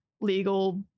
legal